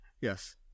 Yes